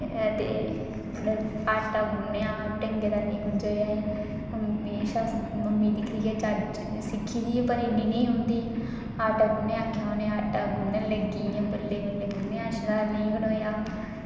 ते आटा गुन्नेआ ते ढंगै दा नेईं गुज्झेआ में मम्मी गी दिक्खियै चज्ज ते सिक्खी दी ही पर नेईं औंदी ही आटा गुन्नने गी आक्खेेआ उनें आटा गुन्नन लग्गी इंया बल्लें बल्लें गुन्नेआ ते शैल नेईं गन्नोआ